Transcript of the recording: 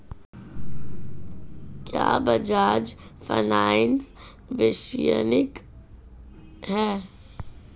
क्या बजाज फाइनेंस विश्वसनीय है?